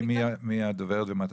מי הדוברת ומה התפקיד?